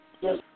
Yes